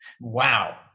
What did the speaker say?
Wow